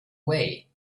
way